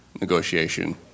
negotiation